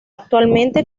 actualmente